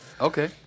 Okay